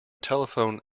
telephone